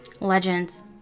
Legends